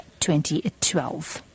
2012